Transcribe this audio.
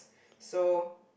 so